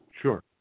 Sure